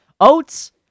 Oats